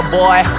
boy